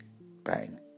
Bang